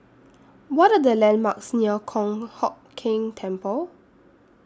What Are The landmarks near Kong Hock Keng Temple